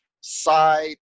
side